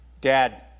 Dad